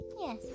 Yes